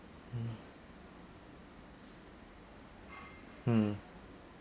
mm mm